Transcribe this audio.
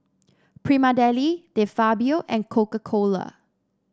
Prima Deli De Fabio and Coca Cola